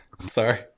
Sorry